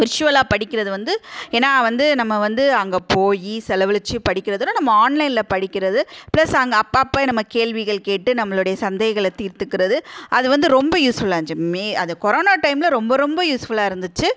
விர்ச்சுவலாக படிக்கிறது வந்து ஏன்னா வந்து நம்ம வந்து அங்கே போய் செலவழிச்சி படிக்கிறதை விட நம்ம ஆன்லைன்ல படிக்கிறது ப்ளஸ் அங்கே அப்பப்போ நம்ம கேள்விகள் கேட்டு நம்மளுடைய சந்தேங்கள தீர்த்துக்கிறது அது வந்து ரொம்ப யூஸ்ஃபுல்லாக இருந்துச்சு மே அது கொரோனா டைம்ல ரொம்ப ரொம்ப யூஸ்ஃபுல்லாக இருந்துச்சு